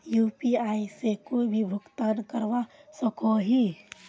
UPI से कोई भी भुगतान करवा सकोहो ही?